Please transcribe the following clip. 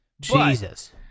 Jesus